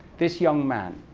this young man.